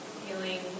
feeling